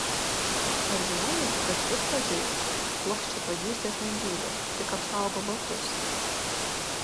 ar žinojote kad vidpadžiai plokščiapadystės negydo tik apsaugo batus